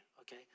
okay